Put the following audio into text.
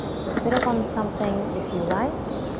so sit up on something if you like.